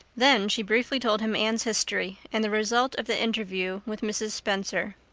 then she briefly told him anne's history and the result of the interview with mrs. spencer.